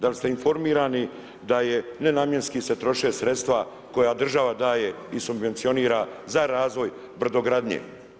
Dal ste informirani da je nenamjenski se troše sredstva, koje država daje i subvencionira za razvoj brodogradnje?